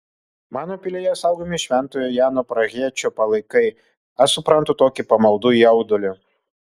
mano pilyje saugomi šventojo jano prahiečio palaikai aš suprantu tokį pamaldų jaudulį